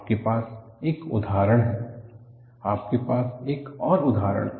आपके पास एक उदाहरण है आपके पास एक और उदाहरण है